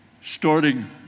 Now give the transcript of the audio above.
Starting